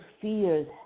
fears